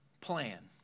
plan